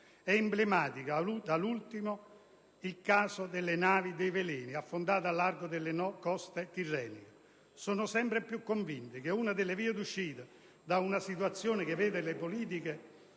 è emblematico, da ultimo, il caso delle navi dei veleni affondate al largo delle coste tirreniche - sono sempre più convinto che una delle vie di uscita da una situazione che vede la politica